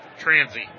Transy